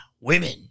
women